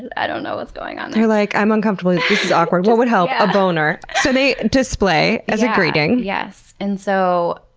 and i don't know what's going on. they're like, i'm uncomfortable, this is awkward, what would help? a boner. so they display as a greeting. yes, and so